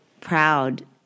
proud